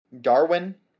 Darwin